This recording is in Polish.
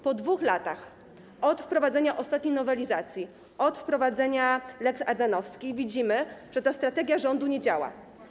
Po 2 latach od wprowadzenia ostatniej nowelizacji, od wprowadzenia lex Ardanowski widzimy, że ta strategia rządu nie działa.